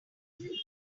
little